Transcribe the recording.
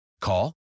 Call